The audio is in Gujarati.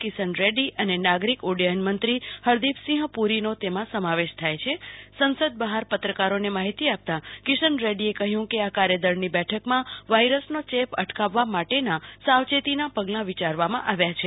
કિશન રેડ્ડી અને નાગરિક ઉડ્ડયનમંત્રી હરદીપસિંહ પુરીનો તેમાં સમાવેશ થાય સંસદ બહાર પત્રકારોને માહિતી આપતાં શ્રી કિશન રેડ્ડીએ કહ્યું કે આ કાર્યદળની બેઠકમાં વાયરસનો ચેપ અટકાવવા માટેનાં સાવચેતીનાં પગલાં વિચારવામાં આવ્યાં છે